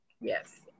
yes